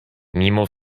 mimo